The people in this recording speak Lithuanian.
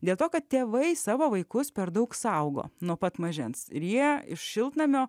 dėl to kad tėvai savo vaikus per daug saugo nuo pat mažens jie iš šiltnamio